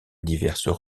diverses